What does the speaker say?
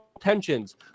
tensions